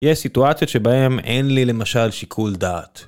יש סיטואציות שבהן אין לי למשל שיקול דעת.